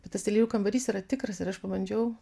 bet tas lėlių kambarys yra tikras ir aš pabandžiau